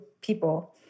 people